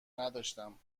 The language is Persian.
نداشتم